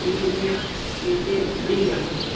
hero एकेप डिलेप्स